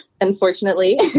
unfortunately